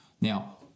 Now